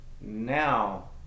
Now